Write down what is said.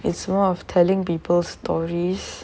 it's more of telling people stories